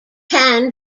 can